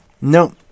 No